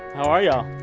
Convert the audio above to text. how are y'all?